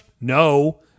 No